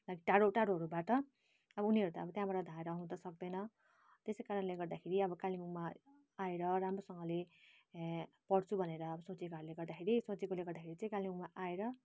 like टाढा टाढाहरूबाट अब उनीहरू त त्यहाँबाट धाएर आउनु त सक्तैन त्यसै कारणले गर्दाखेरि अब कालिम्पोङमा आएर राम्रोसँगले यहाँ पढ्छु भनेर अब सोचेकाहरूले गर्दाखेरि सोचेकोले गर्दाखेरि चाहिँ कालिम्पोङमा आएर